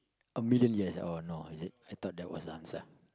a million years oh no is it I thought that was the answer